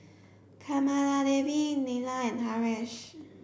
Kamaladevi Neila and Haresh